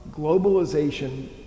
globalization